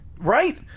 Right